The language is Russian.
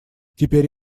теперь